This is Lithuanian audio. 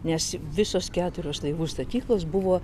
nes visos keturios laivų statyklos buvo